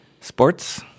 Sports